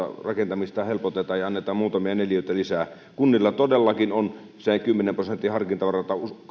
rakentamista helpotetaan ja annetaan muutamia neliöitä lisää kunnilla todellakin on se kymmenen prosentin harkintavara